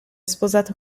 sposato